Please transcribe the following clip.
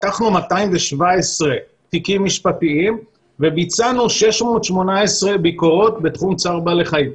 פתחנו 217 תיקים משפטיים וביצענו 618 ביקורות בתחום צער בעלי חיים.